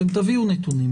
אתם תביאו נתונים